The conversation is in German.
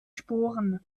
sporen